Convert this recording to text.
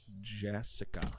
Jessica